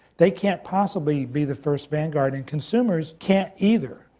they can't possibly be the first vanguard and consumers can't either.